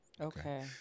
Okay